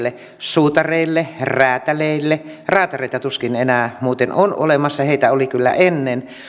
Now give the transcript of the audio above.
suutareille räätäleille kraatareita tuskin enää muuten on olemassa heitä oli kyllä ennen ja